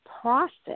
process